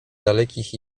dalekich